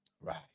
Right